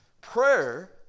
Prayer